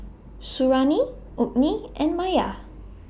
Suriani Ummi and Maya